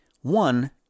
One